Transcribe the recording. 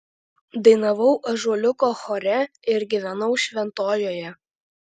dainavau ąžuoliuko chore ir gyvenau šventojoje